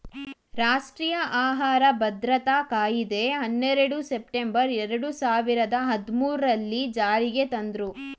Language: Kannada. ರಾಷ್ಟ್ರೀಯ ಆಹಾರ ಭದ್ರತಾ ಕಾಯಿದೆ ಹನ್ನೆರಡು ಸೆಪ್ಟೆಂಬರ್ ಎರಡು ಸಾವಿರದ ಹದ್ಮೂರಲ್ಲೀ ಜಾರಿಗೆ ತಂದ್ರೂ